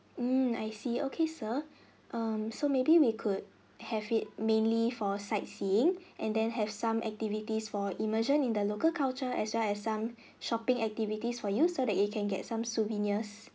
mm I see okay sir um so maybe we could have it mainly for sightseeing and then have some activities for immersion in the local culture as well as some shopping activities for you so that you can get some souvenirs